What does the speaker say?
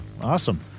Awesome